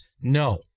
no